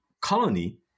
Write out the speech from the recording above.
colony